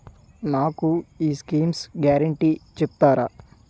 నాకు ఈ schemes guarantee చెప్తారా?